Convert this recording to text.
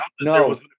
no